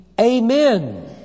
Amen